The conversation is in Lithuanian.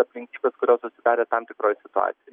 aplinkybės kurios susidarė tam tikroj situacijoj